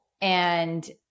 and-